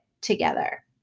together